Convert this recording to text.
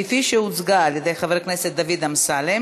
כפי שהוצגה על-ידי חבר הכנסת דוד אמסלם.